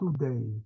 today